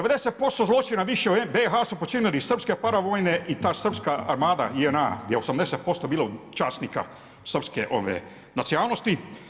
90% zločina više u BiH su počinili srpske paravojne i ta srpska armada JNA gdje je 80% bilo časnika srpske nacionalnosti.